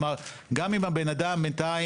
כלומר גם אם הבן אדם בינתיים,